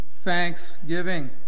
thanksgiving